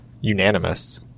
Unanimous